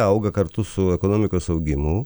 auga kartu su ekonomikos augimu